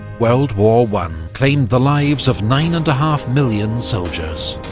world war one claimed the lives of nine and a half million soldiers,